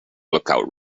lookout